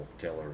killer